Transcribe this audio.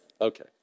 Okay